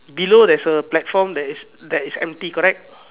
below there is a platform that is that is empty correct